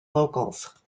locals